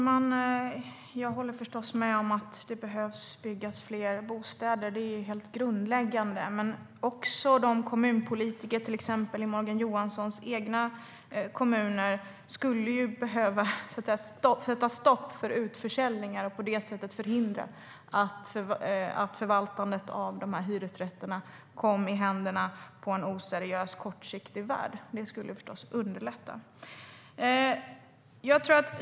Herr talman! Jag håller förstås med om att det behöver byggas fler bostäder. Det är helt grundläggande. Även kommunpolitiker i Morgan Johanssons egna kommuner skulle behöva sätta stopp för utförsäljningar och på det sättet förhindra att förvaltandet av hyresrätterna kommer i händerna på en oseriös värd med kortsiktiga avsikter. Det skulle förstås underlätta.